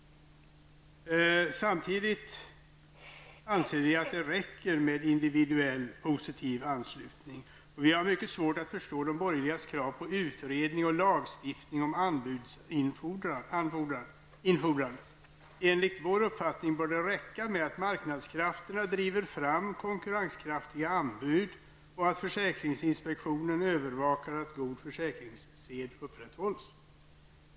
Samtidigt anser vi att det räcker med individuell positiv anslutning, och vi har mycket svårt att förstå de borgerligas krav på utredning och lagstiftning om anbudsinfordran. Enligt vår uppfattning bör det räcka med att marknadskrafterna driver fram konkurrenskraftiga anbud och att försäkringsinspektionen övervakar att god försäkringssed upprätthålls.